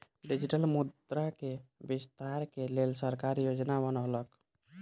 digital मुद्रा के विस्तार के लेल सरकार योजना बनौलक